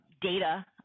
data